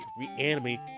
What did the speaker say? reanimate